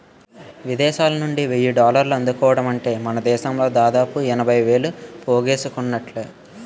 విదేశాలనుండి వెయ్యి డాలర్లు అందుకోవడమంటే మనదేశంలో దాదాపు ఎనభై వేలు పోగేసుకున్నట్టే